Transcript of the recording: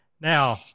Now